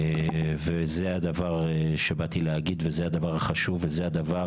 וזה הדבר שבאתי להגיד וזה הדבר החשוב וזה הדבר